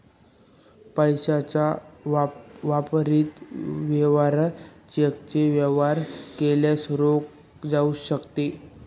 पैशाच्या विपरीत वेवहार चेकने वेवहार केल्याने रोखले जाऊ शकते